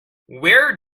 where